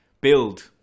build